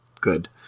good